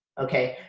okay,